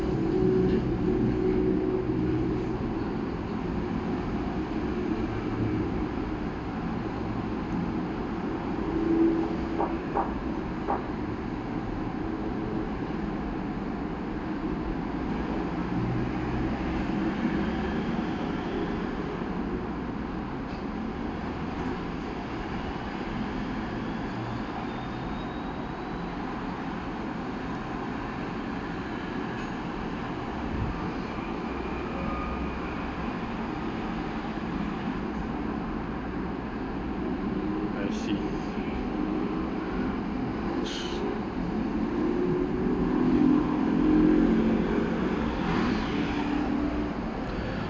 I see